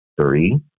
three